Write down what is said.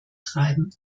treiben